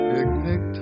Picnic